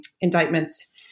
indictments